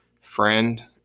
friend